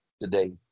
today